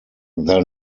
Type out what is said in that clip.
their